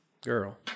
Girl